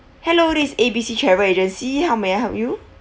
hello this is A_B_C travel agency how may I help you